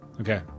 Okay